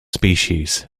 species